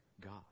God